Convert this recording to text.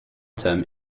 term